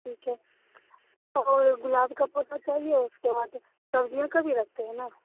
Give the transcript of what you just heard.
okay और गुलाब का पौधा चाहिए उसके बाद सब्जियों का भी रखते हें न